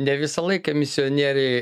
ne visą laiką misionieriai